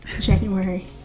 January